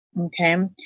Okay